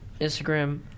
Instagram